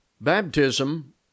Baptism